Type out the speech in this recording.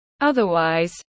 Otherwise